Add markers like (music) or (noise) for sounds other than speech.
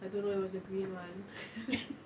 I don't know it was a green [one] (laughs)